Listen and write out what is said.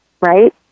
Right